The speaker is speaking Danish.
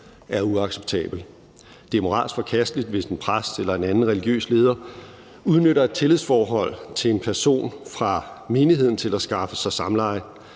er uacceptabelt. Det er moralsk forkasteligt, hvis en præst eller en anden religiøs leder udnytter et tillidsforhold til en person fra menigheden til at skaffe sig samleje.